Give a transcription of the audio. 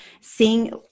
seeing